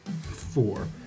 Four